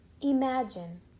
Imagine